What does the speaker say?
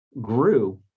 grew